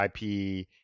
IP